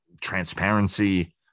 transparency